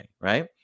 right